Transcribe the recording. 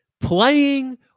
Playing